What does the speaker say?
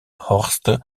hoogste